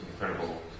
incredible